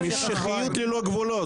משיחיות ללא גבולות.